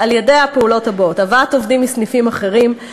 על-ידי הפעולות הבאות: הבאת עובדים מסניפים אחרים,